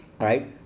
right